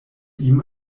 ihm